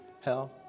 hell